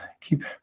keep